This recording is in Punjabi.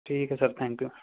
ਠੀਕ ਹੈ ਸਰ ਥੈਂਕ ਊ